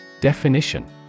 Definition